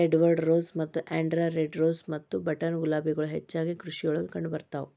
Edward rose ಮತ್ತ ಆಂಡ್ರಾ red rose ಮತ್ತ ಬಟನ್ ಗುಲಾಬಿಗಳು ಹೆಚ್ಚಾಗಿ ಕೃಷಿಯೊಳಗ ಕಂಡಬರ್ತಾವ